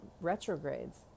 retrogrades